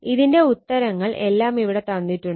ഇതിന്റെ ഉത്തരങ്ങൾ എല്ലാം ഇവിടെ തന്നിട്ടുണ്ട്